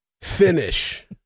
Finish